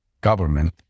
government